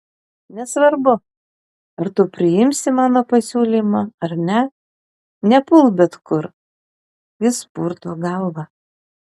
nesvarbu ar tu priimsi mano pasiūlymą ar ne nepulk bet kur jis purto galvą